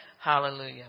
Hallelujah